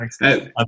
Thanks